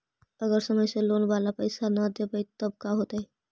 अगर समय से लोन बाला पैसा न दे पईबै तब का होतै?